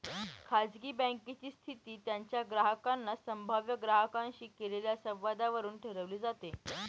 खाजगी बँकेची स्थिती त्यांच्या ग्राहकांनी संभाव्य ग्राहकांशी केलेल्या संवादावरून ठरवली जाते